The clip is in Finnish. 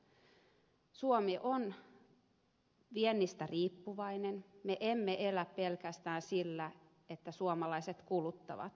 suomi on viennistä riippuvainen me emme elä pelkästään sillä että suomalaiset kuluttavat